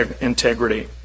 integrity